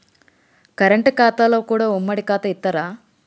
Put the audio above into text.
Current ఖాతాలో కూడా ఉమ్మడి ఖాతా ఇత్తరా?